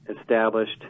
established